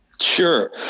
Sure